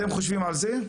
אתם חושבים על זה?